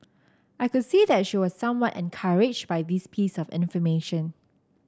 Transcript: I could see that she was somewhat encouraged by this piece of